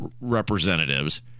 representatives